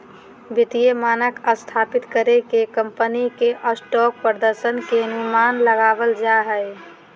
वित्तीय मानक स्थापित कर के कम्पनी के स्टॉक प्रदर्शन के अनुमान लगाबल जा हय